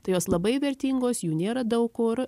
tai jos labai vertingos jų nėra daug kur